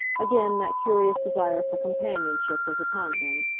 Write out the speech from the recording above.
again that curious desire for companionship was upon him,